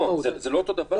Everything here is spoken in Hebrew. לא, זה לא אותו דבר.